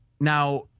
Now